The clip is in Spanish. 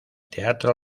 teatro